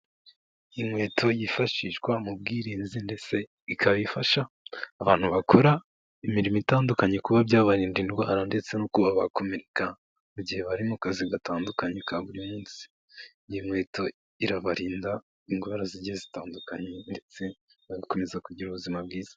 Inkweto yifashishwa mu bwirinzi ndetse ikaba ifasha abantu bakora imirimo itandukanye kuba byabarinda indwara ndetse no kuba bakomereka, mu gihe bari mu kazi gatandukanye ka buri munsi. Iyi nkweto irabarinda indwara zigiye zitandukanye ndetse bagakomeza kugira ubuzima bwiza.